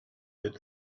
that